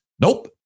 nope